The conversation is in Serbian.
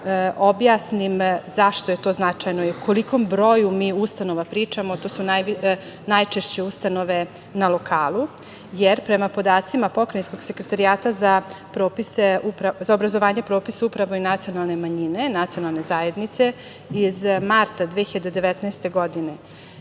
objasnim zašto je to značajno i u kolikom broju ustanova mi pričamo. To su najčešće ustanove na lokalu, jer prema podacima Pokrajinskog sekretarijata za obrazovanje, propisa uprava nacionalnih manjina nacionalne zajednice iz marta 2019. godine,